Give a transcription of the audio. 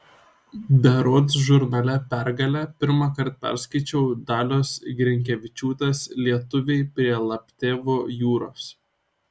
berods žurnale pergalė pirmąkart perskaičiau dalios grinkevičiūtės lietuviai prie laptevų jūros